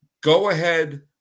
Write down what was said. go-ahead